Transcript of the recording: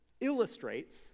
illustrates